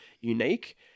unique